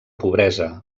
pobresa